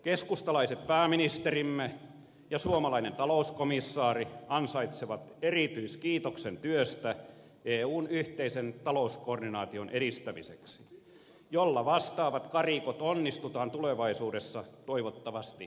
keskustalaiset pääministerimme ja suomalainen talouskomissaari ansaitsevat erityiskiitoksen työstä eun yhteisen talouskoordinaation edistämiseksi jolla vastaavat karikot onnistutaan tulevaisuudessa toivottavasti väistämään